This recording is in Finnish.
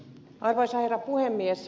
arvoisa herra puhemies